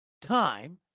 time